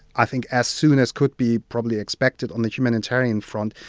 i think, as soon as could be probably expected on the humanitarian front,